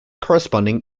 corresponding